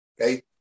okay